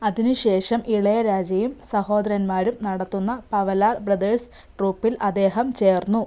അതിന് ശേഷം ഇളയരാജയും സഹോദരന്മാരും നടത്തുന്ന പവലാർ ബ്രദേഴ്സ് ട്രൂപ്പിൽ അദ്ദേഹം ചേർന്നു